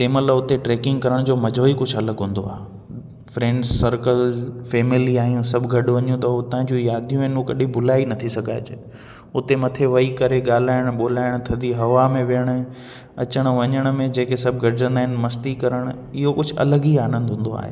तंहिं महिल उते ट्रेकिंग करण जो मज़ो ई कुझु अलॻि हूंदो आहे फ्रैंड सर्कल फेमिली आहियूं सभु गॾु वञूं त उतां जी यादियूं आहिनि उहे कॾहिं भुलाए ई न थियूं सघजनि उते मथे वही करे ॻाल्हाइणु ॿोल्हाइणु थधी हवा में विहणु अचणु वञण में जेके सभु गॾिजंदा आहिनि मस्ती करणु इहो कुझु अलॻि ई आनंद हूंदो आहे